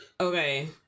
okay